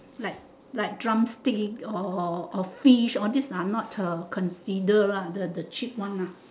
like like drumstick or or fish all these are not uh consider lah the cheap one ah